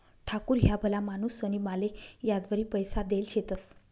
ठाकूर ह्या भला माणूसनी माले याजवरी पैसा देल शेतंस